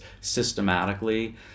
systematically